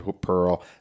Pearl